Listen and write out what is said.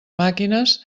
màquines